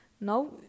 Now